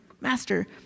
Master